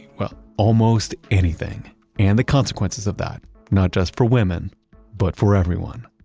well, almost anything and the consequences of that not just for women but for everyone.